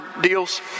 deals